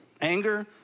Anger